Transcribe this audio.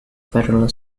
federal